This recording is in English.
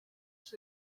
six